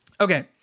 okay